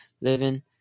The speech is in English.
living